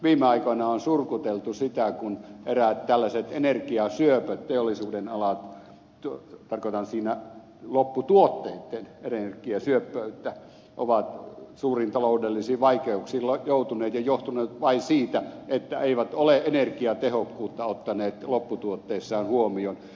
viime aikoina on surkuteltu sitä kun eräät tällaiset energiasyöpöt teollisuudenalat tarkoitan siinä lopputuotteitten energiasyöppöyttä ovat suuriin taloudellisiin vaikeuksiin joutuneet johtuen vain siitä että eivät ole energiatehokkuutta ottaneet lopputuotteissaan huomioon